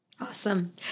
Awesome